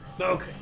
Okay